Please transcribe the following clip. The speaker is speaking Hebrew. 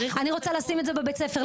אני רוצה לשים את זה בבית ספר.